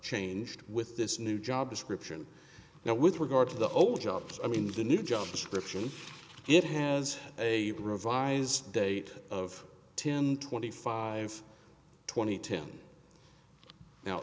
changed with this new job description now with regard to the old job i mean the new job description it has a revised date of ten twenty five twenty ten now